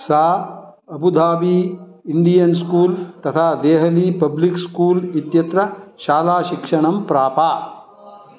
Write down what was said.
सा Abu Dhabi Indian school तथा Delhi public school इत्यत्र शालाशिक्षणं प्राप